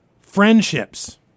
friendships